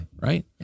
right